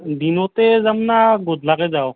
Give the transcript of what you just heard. দিনতে যাম না গধূলাকে যাওঁ